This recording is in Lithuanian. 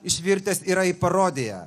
išvirtęs yra į parodiją